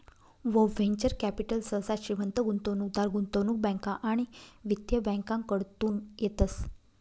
venture capital सहसा श्रीमंत गुंतवणूकदार, गुंतवणूक बँका आणि वित्तीय बँकाकडतून येतस